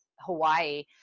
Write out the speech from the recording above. Hawaii